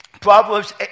Proverbs